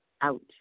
out